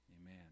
Amen